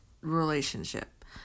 relationship